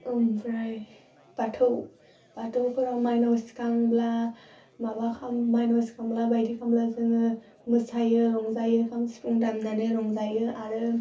ओमफ्राय बाथौ बाथौफोराव माइनाव सिखांब्ला माबा खालाम माइनाव सिखांब्ला बायदि खालामब्ला जोङो मोसायो रंजायो खाम सिफुं दामनानै रंजायो आरो